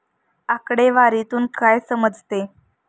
आकडेवारीतून काय समजते?